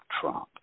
Trump